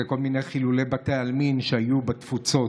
כל מיני חילולי בתי עלמין שהיו בתפוצות.